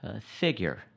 figure